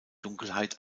dunkelheit